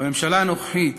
הממשלה הנוכחית